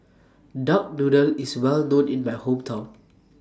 Duck Noodle IS Well known in My Hometown